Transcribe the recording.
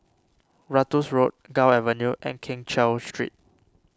Ratus Road Gul Avenue and Keng Cheow Street